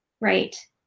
right